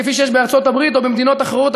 כפי שיש בארצות-הברית או במדינות אחרות,